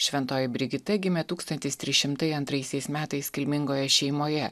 šventoji brigita gimė tūkstantis trys šimtai antraisiais metais kilmingoje šeimoje